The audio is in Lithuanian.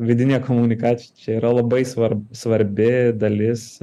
vidinė komunikacija čia yra labai svarb svarbi dalis